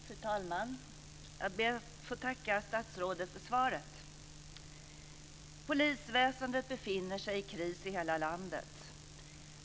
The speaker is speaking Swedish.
Fru talman! Jag ber att få tacka statsrådet för svaret. Polisväsendet befinner sig i kris i hela landet.